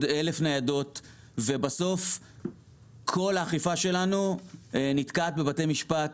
1,000 ניידות ובסוף כל האכיפה שלנו נתקעת בבתי משפט.